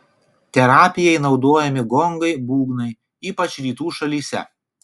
terapijai naudojami gongai būgnai ypač rytų šalyse